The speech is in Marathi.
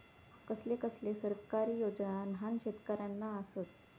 कसले कसले सरकारी योजना न्हान शेतकऱ्यांना आसत?